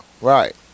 right